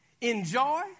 enjoy